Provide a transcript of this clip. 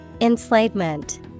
Enslavement